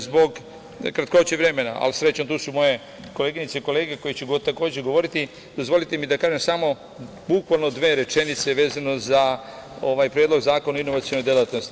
Zbog kratkoće vremena, ali srećom tu su moje koleginice i kolege, koje će, takođe govoriti, dozvolite mi da kažem samo bukvalno dve rečenice, vezano za ovaj Predlog zakona o inovacionom delatnosti.